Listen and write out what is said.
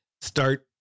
start